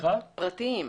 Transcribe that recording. פרטיים.